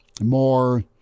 more